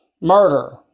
Murder